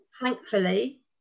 thankfully